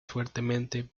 fuertemente